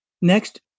Next